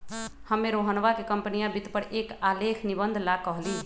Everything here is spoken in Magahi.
हम्मे रोहनवा के कंपनीया वित्त पर एक आलेख निबंध ला कहली